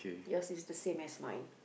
yours is the same as mine